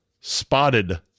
spotted